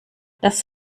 das